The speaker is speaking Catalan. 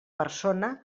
persona